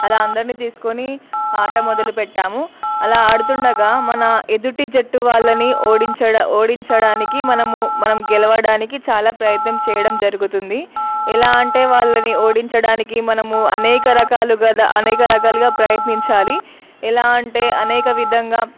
అలా అందరిని తీసుకొని ఆట మొదలు పెట్టాము అలా ఆడుతుండగా మన ఎదుటి జట్టు వాళ్ళని ఓడించడం ఓడించడానికి మనము గెలవడానికి చాలా ప్రయత్నం చేయడం జరుగుతుంది ఎలా అంటే వాళ్ళని ఓడించడానికి మనము అనేక రకాలుగా అనేక రకాలుగా ప్రయత్నించాలి ఎలా అంటే అనేక విధంగా